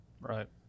Right